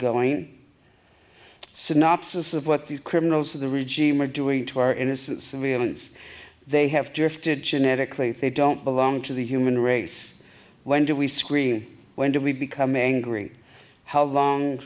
going synopsis of what these criminals of the regime are doing to our innocent civilians they have drifted genetically they don't belong to the human race when do we scream when do we become angry how long